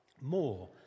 more